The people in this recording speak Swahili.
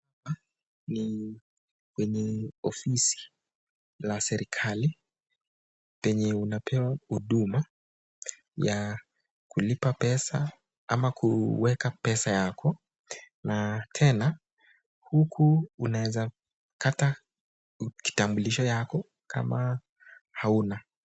Ni kwenye ofisi ya serikali penye unapewa huduma ya kulipa pesa ama kuweka pesa yako. Na tena huku unaweza kata kitambulisho yako kama hauna.